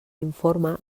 informe